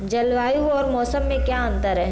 जलवायु और मौसम में अंतर क्या है?